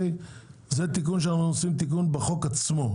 הוא תיקון שאנחנו עושים בחוק עצמו.